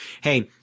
Hey